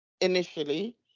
initially